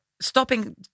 Stopping